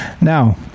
now